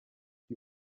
die